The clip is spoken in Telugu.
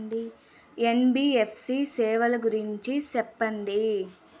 ఎన్.బి.ఎఫ్.సి సేవల గురించి సెప్పండి?